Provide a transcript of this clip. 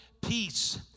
peace